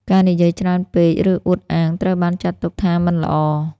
ការនិយាយច្រើនពេក ឬអួតអាង ត្រូវបានចាត់ទុកថាមិនល្អ។